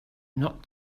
not